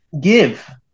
give